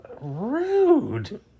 Rude